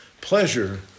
pleasure